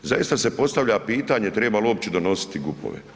Zaista se postavlja pitanje treba li uopće donositi GUP-ove?